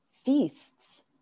feasts